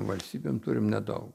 valstybėm turim nedaug